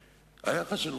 הזאת,